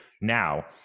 Now